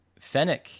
Fennec